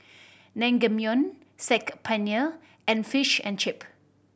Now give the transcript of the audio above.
Naengmyeon Saag Paneer and Fish and Chip